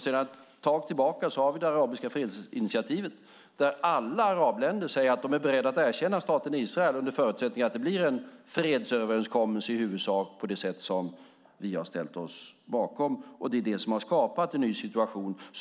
Sedan en tid tillbaka har vi det arabiska fredsinitiativet där alla arabländer säger att de är beredda att erkänna staten Israel under förutsättning att det blir en fredsöverenskommelse på i huvudsak sådant sätt som det vi har ställt oss bakom. Det har skapat en ny situation.